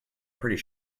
pretty